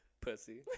Pussy